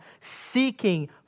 seeking